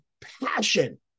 passion